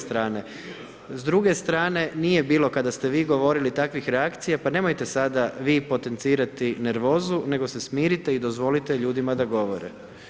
S druge strane nije bilo kada ste vi govorili takvih reakcija, pa nemojte sada vi potencirati nervozu, nego se smirite i dozvolite ljudima da govore.